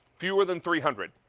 fewer than three hundred.